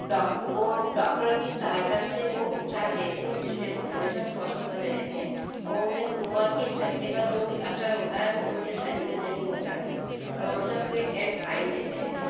dock वह doctor की सहायता से वह उपचार लेते हैं जिससे वह हमेशा स्वस्थ बने रहते हैं और उन्हें उम्र के चलते का जो भी असर होता है वह उनके शरीर में नहीं होता है और वह हमेसा फिट एन फाइन रहते हैं